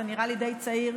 אתה נראה לי די צעיר,